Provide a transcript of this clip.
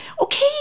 okay